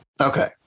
Okay